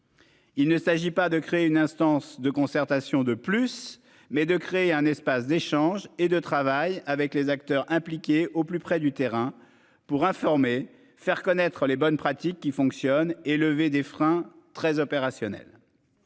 Il ne s'agit pas de créer une instance de concertation, de plus mais de créer un espace d'échange et de travail avec les acteurs impliqués au plus près du terrain pour informer, faire connaître les bonnes pratiques qui fonctionne et levée des freins très opérationnel.